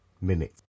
minutes